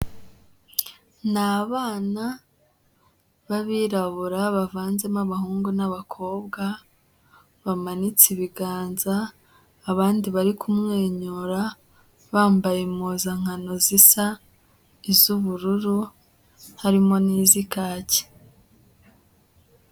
Ni abana b'abirabura bavanzemo abahungu n'abakobwa, bamanitse ibiganza, abandi bari kumwenyura, bambaye impuzankano zisa, iz'ubururu harimo n'iz'ikaki.